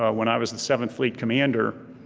ah when i was the seventh fleet commander,